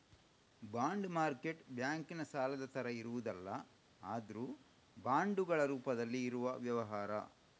bond market ಬ್ಯಾಂಕಿನ ಸಾಲದ ತರ ಇರುವುದಲ್ಲ ಆದ್ರೂ ಬಾಂಡುಗಳ ರೂಪದಲ್ಲಿ ಇರುವ ವ್ಯವಹಾರ